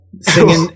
singing